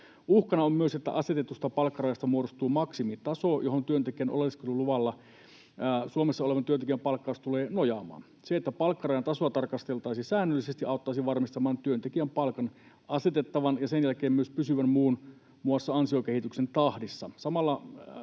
Uhkana on myös, että asetetusta palkkarajasta muodostuu maksimitaso, johon työntekijän oleskeluluvalla Suomessa olevan työntekijän palkkaus tulee nojaamaan. Se, että palkkarajan tasoa tarkasteltaisiin säännöllisesti, auttaisi varmistamaan, että työntekijän palkka asetetaan ja sen jälkeen myös pysyy muun muassa ansiokehityksen tahdissa.